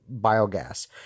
biogas